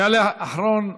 יעלה אחרון השואלים,